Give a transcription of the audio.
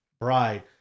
Bride